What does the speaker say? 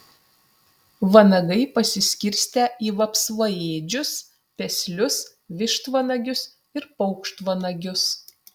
vanagai pasiskirstę į vapsvaėdžius peslius vištvanagius ir paukštvanagius